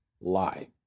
lie